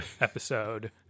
episode